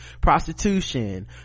prostitution